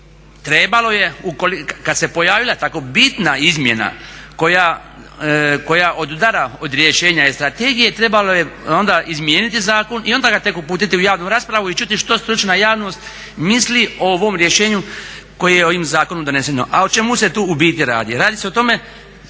trebalo je kada se pojavila tako bitna izmjena koja odudara od rješenja strategije trebalo je onda izmijeniti zakon i onda ga tek uputiti u javnu raspravu i čuti što stručna javnost misli o ovom rješenju koje je ovim zakonom doneseno. A o čemu se tu u biti radi? Radi se o tome